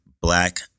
black